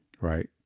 Right